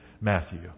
Matthew